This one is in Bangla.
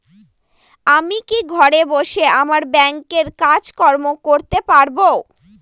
আমি কি ঘরে বসে আমার ব্যাংকের কাজকর্ম করতে পারব?